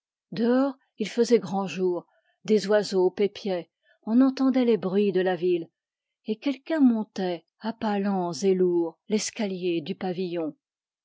il gisait grand jour des oiseaux pépiaient on entendait les bruits de la ville et quelqu'un montait à pas lents et lourds l'escalier du pavillon